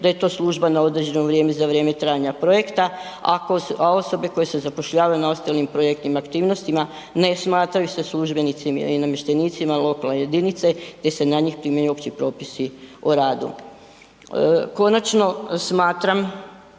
da je to služba na određeno vrijeme za vrijeme trajanja projekta, a osobe koje se zapošljavaju na ostalim projektnim aktivnostima ne smatraju se službenicima i namještenicima lokalne jedinice te se na njih primjenjuju opći propisi o radu. Konačno smatram